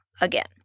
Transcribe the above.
again